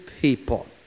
people